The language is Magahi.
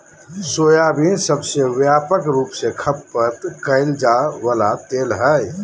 सोयाबीन सबसे व्यापक रूप से खपत कइल जा वला तेल हइ